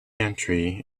entry